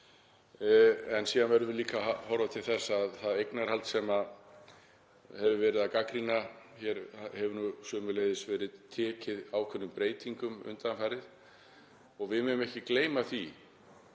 En síðan verðum við líka að horfa til þess að það eignarhald sem hefur verið gagnrýnt hér hefur sömuleiðis tekið ákveðnum breytingum undanfarið. Við megum ekki gleyma því